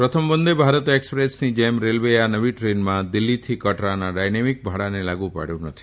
પ્રથમ વંદે ભારત એકસપ્રેસની જેમ રેલવે એ આ નવી દ્રેનમાં દિલ્હી થી કટરાના ડાયનેમીક ભાડાને લાગુ પાડયુ નથી